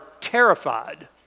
terrified